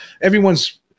everyone's